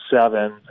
seven